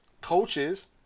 Coaches